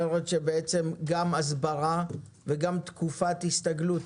את אומרת גם הסברה וגם תקופת הסתגלות.